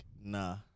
nah